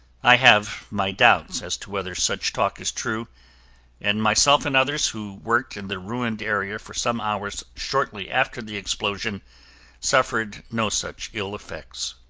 i have my doubts as to whether such talk is true and myself and others who worked in the ruined area for some hours shortly after the explosion suffered no such ill effects.